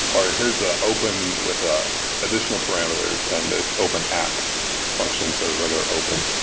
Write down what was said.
or here's the open with ah additional parameters and it open at functions that are regular open.